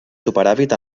superàvit